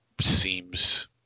seems